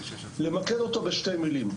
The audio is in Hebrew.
למקד אותו בשתי מילים.